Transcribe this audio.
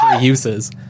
uses